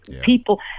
people